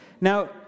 Now